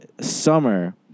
Summer